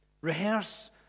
Rehearse